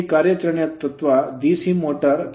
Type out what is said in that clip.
ಈಗ ಕಾರ್ಯಾಚರಣೆಯ ತತ್ವ DC motor ಮೋಟರ್ ನ